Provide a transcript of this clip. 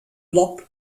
locked